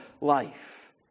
life